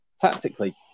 tactically